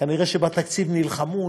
כנראה בתקציב נלחמו,